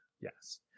Yes